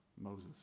moses